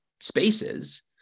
spaces